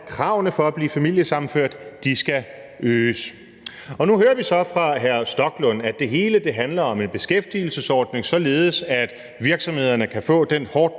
at kravene for at blive familiesammenført skal øges. Nu hører vi så fra hr. Rasmus Stoklund, at det hele handler om en beskæftigelsesordning, således at virksomhederne kan få den hårdt